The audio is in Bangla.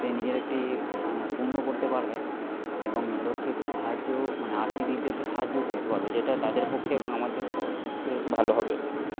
সে নিজের একটি পুণ্য করতে পারবে এবং লোককে একটু সাহায্য মানে আর্থিক দিক দিয়ে একটু সাহায্যও করতে পারবে যেটা তাদের পক্ষে এবং আমাদের সবার পক্ষে হয়তো ভালো হবে